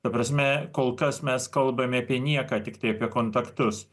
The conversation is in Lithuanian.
ta prasme kol kas mes kalbame apie nieką tiktai apie kontaktus